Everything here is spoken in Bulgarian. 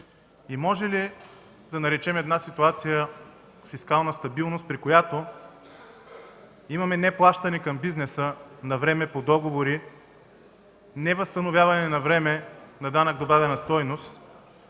и може ли да наречем една ситуация фискална стабилност, при която имаме неплащане навреме към бизнеса по договори; невъзстановяване навреме на данък добавена стойност;